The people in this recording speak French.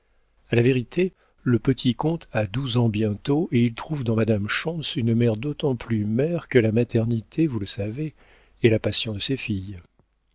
a la vérité le petit comte a douze ans bientôt et il trouve dans madame schontz une mère d'autant plus mère que la maternité vous le savez est la passion de ces filles